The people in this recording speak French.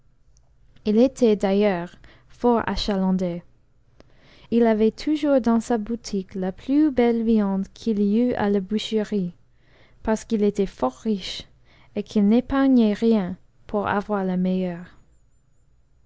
il était d'ailleurs tort achalandé il avait toujours dans sa boutique la plus belle viande qu'il y eût a la boucherie parce qu'il était tort riche et qu'il n'épargnait rien pnm avoir la meilleure